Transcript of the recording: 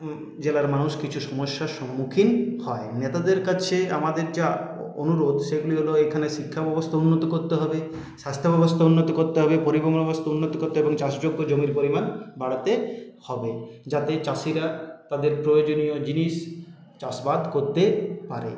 জেলার মানুষ কিছু সমস্যার সম্মুখীন হয় নেতাদের কাছে আমাদের যা অনুরোধ সেগুলি হল এখানে শিক্ষাব্যবস্থা উন্নতি করতে হবে স্বাস্থ্যব্যবস্থা উন্নতি করতে হবে পরিবহন ব্যবস্থা উন্নতি করতে হবে এবং চাষযোগ্য জমির পরিমাণ বাড়াতে হবে যাতে চাষিরা তাদের প্রয়োজনীয় জিনিস চাষবাদ করতে পারে